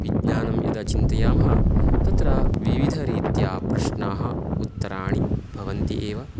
विज्ञानं यदा चिन्तयामः तत्र विविधरीत्या प्रश्नाः उत्तराणि भवन्ति एव